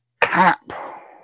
cap